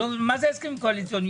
מה זה הסכמים קואליציוניים?